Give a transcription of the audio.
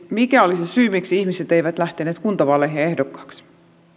mikä oli se syy miksi ihmiset eivät lähteneet kuntavaaleihin ehdokkaaksi